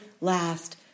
last